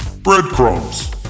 Breadcrumbs